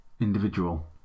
individual